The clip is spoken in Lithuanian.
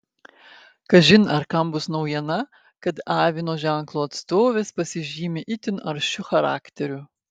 kažin ar kam bus naujiena kad avino ženklo atstovės pasižymi itin aršiu charakteriu